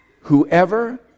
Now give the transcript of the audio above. Whoever